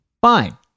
fine